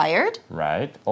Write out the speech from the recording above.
right